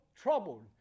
troubled